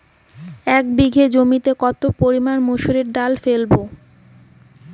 এক বিঘে জমিতে কত পরিমান মুসুর ডাল ফেলবো?